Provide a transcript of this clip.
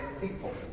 people